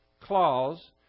clause